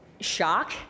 shock